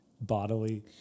Bodily